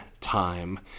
time